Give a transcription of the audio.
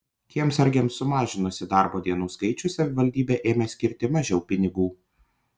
kiemsargiams sumažinusi darbo dienų skaičių savivaldybė ėmė skirti mažiau pinigų